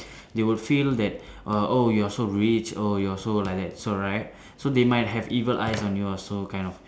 they will feel that uh oh you're so rich oh you're so like that so right so they might have evil eyes on you or so kind of